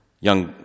young